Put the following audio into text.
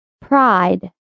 Pride